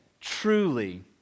truly